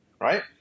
right